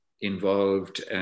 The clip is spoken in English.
involved